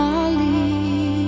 Molly